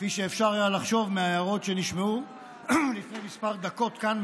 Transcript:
כפי שאפשר היה לחשוב מההערות שנשמעו לפני כמה דקות כאן,